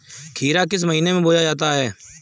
खीरा किस महीने में बोया जाता है?